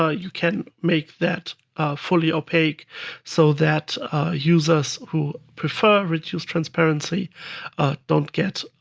ah you can make that fully opaque so that users who prefer reduced transparency don't get